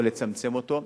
או לצמצם אותו,